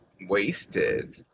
wasted